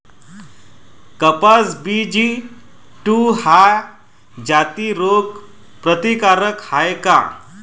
कपास BG two ह्या जाती रोग प्रतिकारक हाये का?